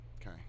Okay